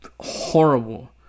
horrible